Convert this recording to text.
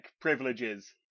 privileges